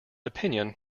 opinion